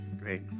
great